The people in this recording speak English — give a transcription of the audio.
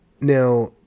Now